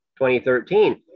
2013